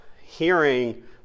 hearing